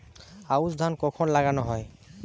আউশ ধান কখন লাগানো হয়?